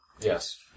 Yes